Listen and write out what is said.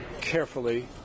carefully